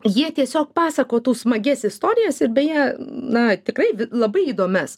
jie tiesiog pasakotų smagias istorijas ir beje na tikrai labai įdomias